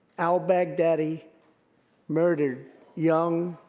al-baghdadi murdered young,